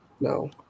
No